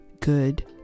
good